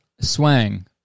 swang